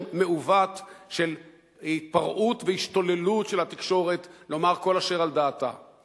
מעוות של התפרעות והשתוללות של התקשורת לומר כל אשר על דעתה,